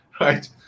Right